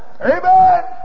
Amen